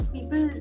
People